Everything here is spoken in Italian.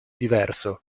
diverso